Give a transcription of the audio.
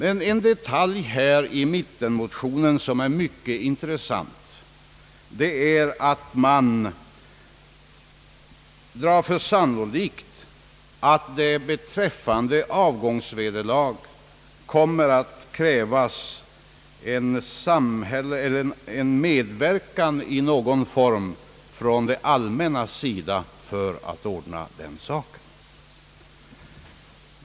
En intressant detalj i mittenmotionen är att man tar för sannolikt, att det beträffande avgångsvederlag kommer att krävas medverkan i någon form från det allmännas sida för att ordna saken.